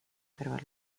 kõrval